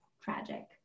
tragic